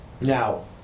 now